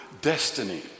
destiny